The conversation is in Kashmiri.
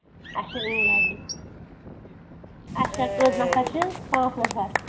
اچھا اِنٛگلینڈ اچھا کٔژ نَفَر چھِ پانٛژھ نَفر